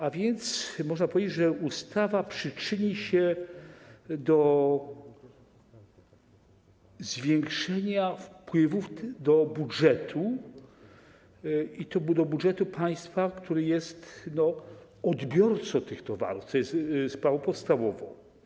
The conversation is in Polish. A więc można powiedzieć, że ustawa przyczyni się do zwiększenia wpływów do budżetu, i to do budżetu państwa, które jest odbiorcą tych towarów, co jest sprawą podstawową.